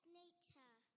nature